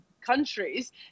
countries